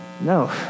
no